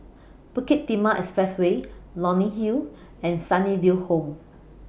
Bukit Timah Expressway Leonie Hill and Sunnyville Home